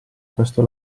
questo